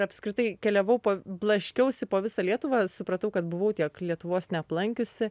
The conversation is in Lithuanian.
ir apskritai keliavau po blaškiausi po visą lietuvą supratau kad buvau tiek lietuvos neaplankiusi